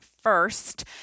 first